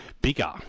bigger